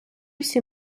всі